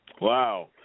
Wow